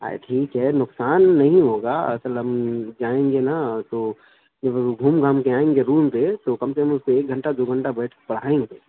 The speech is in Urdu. ارے ٹھیک ہے نقصان نہیں ہوگا اصل ہم جائیں گے نا تو جب ہم گھوم گھام کے آئیں گے روم پہ تو کم از کم اس کو ایک گھنٹہ دو گھنٹہ بیٹھ کے پڑھائیں گے